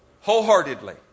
wholeheartedly